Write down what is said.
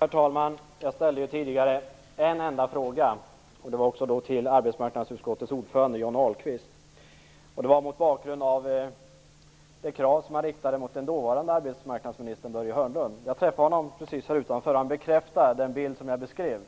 Herr talman! Jag ställde tidigare en enda fråga till arbetsmarknadsutskottets ordförande Johnny Ahlqvist. Det var mot bakgrund av det krav som riktades mot den förutvarande arbetsmarknadsministern Börje Hörnlund. Jag träffade honom precis här utanför, och han bekräftar den bild som jag beskrev.